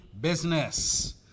business